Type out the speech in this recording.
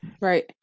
right